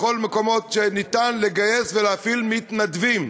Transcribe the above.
בכל המקומות שניתן לגייס ולהפעיל מתנדבים.